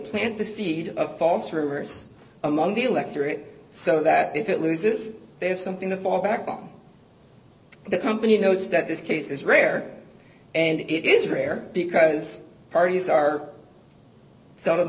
plant the seed of false rumors among the electorate so that if it loses they have something to fall back on the company knows that this case is rare and it is rare because parties are s